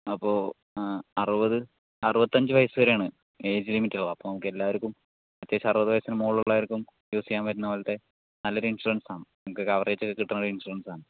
അപ്പോൾ ആറുപത് അറുപത്തിയഞ്ചു വയസുവരെയാണ് എജ്ലിമിറ്റാവും അപ്പോൾ നമ്മുക്കെല്ലാവർക്കും അത്യാവശ്യം അറുപതു വയസിനുമുകളിൽ ഉള്ളവർക്കും യൂസ് ചെയ്യാൻപറ്റുന്ന പോലെത്തെ നല്ലൊരു ഇന്ഷുറന്സാണ് നമുക്ക് കവറേജോക്കെ കിട്ടുന്നൊരു ഇൻഷുറന്സാണ്